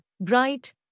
Bright